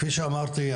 כפי שאמרתי,